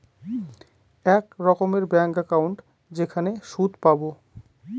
এক রকমের bank account যেখানে সুদ পাবো